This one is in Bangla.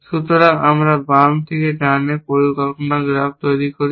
সুতরাং আমরা বাম থেকে ডানে পরিকল্পনা গ্রাফ তৈরি করি